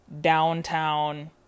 downtown